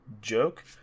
joke